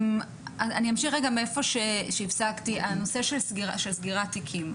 אני אמשיך מאיפה שהפסקתי, הנושא של סגירת תיקים.